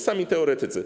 Sami teoretycy.